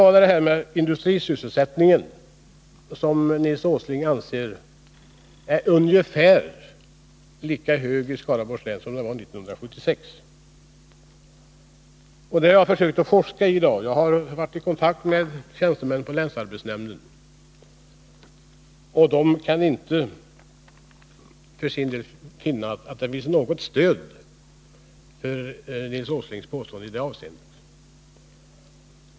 Nils Åsling anser att industrisysselsättningen i Skaraborgs län är lika hög nu som den var 1976. Jag har försökt forska i detta i dag. Jag har varit i kontakt med tjänstemän på länsarbetsnämnden, och de kan inte för sin del finna att det finns något stöd för Nils Åslings påstående i det avseendet.